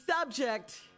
Subject